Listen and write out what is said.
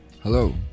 Hello